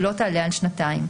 שלא תעלה על שנתיים".